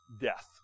death